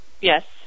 yes